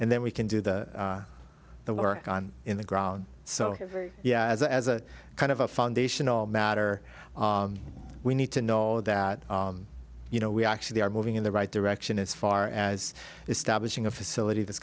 and then we can do the work on in the ground so yeah as a as a kind of a foundational matter we need to know that you know we actually are moving in the right direction as far as establishing a facility that's